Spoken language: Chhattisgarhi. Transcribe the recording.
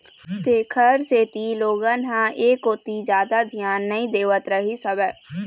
तेखर सेती लोगन ह ऐ कोती जादा धियान नइ देवत रहिस हवय